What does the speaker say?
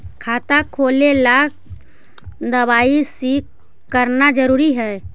खाता खोले ला के दवाई सी करना जरूरी है?